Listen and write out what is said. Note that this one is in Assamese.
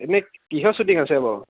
এনেই কিহৰ শ্বুটিং আছে বাৰু